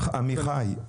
עמיחי,